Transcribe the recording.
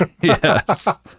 Yes